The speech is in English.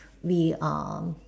we are